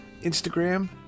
Instagram